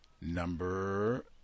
number